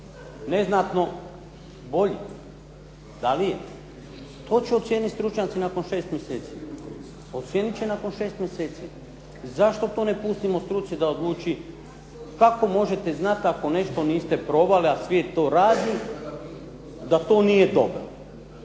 neznatno bolji? Da li je? To će ocijeniti stručnjaci nakon 6 mjeseci. Ocijenit će nakon 6 mjeseci. Zašto to ne pustimo struci da odluči. Kako možete znati ako nešto niste probali, a svijet to radi, da to nije dobro?